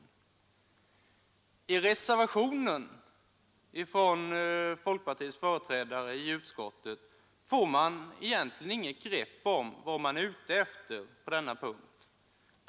Vad folkpartiets företrädare i utskottet är ute efter på denna punkt får den som läser reservationen inget grepp om.